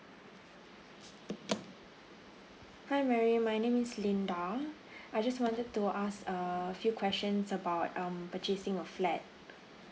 hi mary my name is linda I just wanted to ask uh a few questions about um purchasing a flat